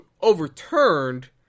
overturned